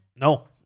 no